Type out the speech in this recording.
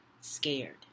scared